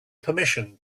permission